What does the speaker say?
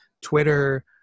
Twitter